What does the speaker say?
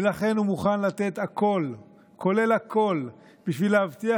ולכן הוא מוכן לתת הכול כולל הכול כדי להבטיח